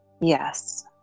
Yes